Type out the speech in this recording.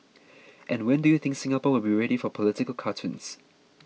and when do you think Singapore will be ready for political cartoons